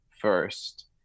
first